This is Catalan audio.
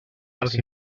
als